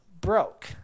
broke